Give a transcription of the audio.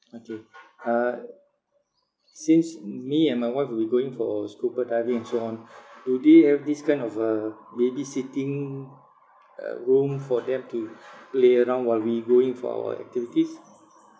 okay uh since me and my wife will be going for scuba diving and so on do they have this kind of uh babysitting uh room for them to play around while we going for our activities